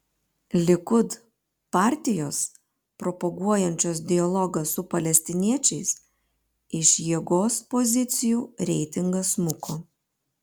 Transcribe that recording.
likud partijos propaguojančios dialogą su palestiniečiais iš jėgos pozicijų reitingas smuko